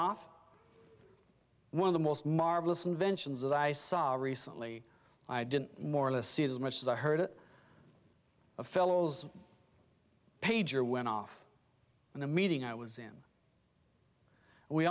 off one of the most marvelous inventions i saw recently i didn't more or less see it as much as i heard it a fellow's pager went off in a meeting i was in we